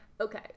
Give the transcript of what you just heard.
Okay